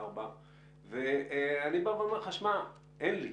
אני בא ואומר לך: שמע, אין לי.